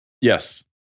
Yes